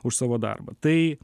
už savo darbą tai